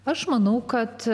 aš manau kad